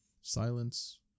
silence